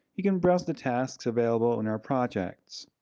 you can browse the tasks available in our projects.